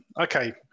Okay